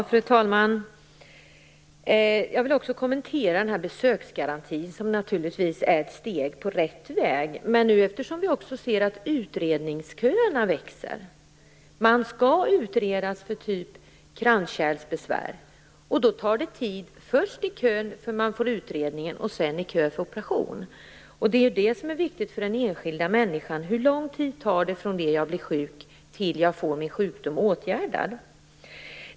Fru talman! Jag vill också kommentera besöksgarantin, som naturligtvis är ett steg på rätt väg. Men vi ser att också utredningsköerna växer. Man skall t.ex. utredas för kranskärlsbesvär. Först tar det tid i kön för utredning, sedan i kön för operation. Det viktiga för den enskilda människan är ju hur lång tid det tar från det att man blir sjuk till dess att man får sin sjukdom åtgärdad.